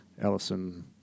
Ellison